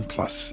Plus